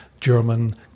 German